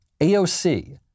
AOC